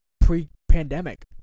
pre-pandemic